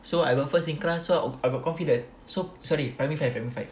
so I got first in class so I got confident so sorry primary five primary five